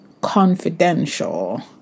confidential